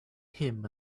him